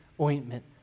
ointment